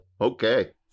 Okay